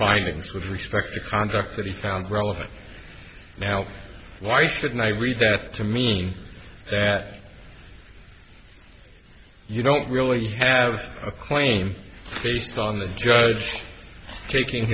findings with respect to conduct that he found relevant now why should i read that to mean that you don't really have a claim based on the judge taking